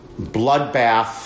bloodbath